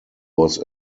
was